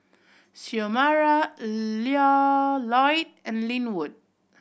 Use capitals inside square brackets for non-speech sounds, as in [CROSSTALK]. Xiomara [UNINTELLIGIBLE] Loyd and Linwood